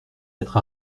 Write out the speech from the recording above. être